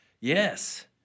Yes